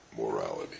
morality